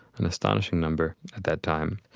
an astonishing number at that time